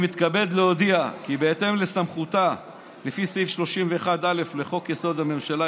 אני מתכבד להודיע כי בהתאם לסמכותה לפי סעיף 31(א) לחוק-יסוד: הממשלה,